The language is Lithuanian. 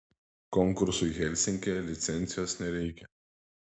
konkursui helsinkyje licencijos nereikia